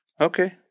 Okay